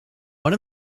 one